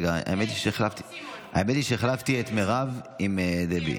האמת היא שהחלפתי את מירב עם דבי.